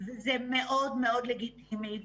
דיברו קודם על